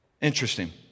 Interesting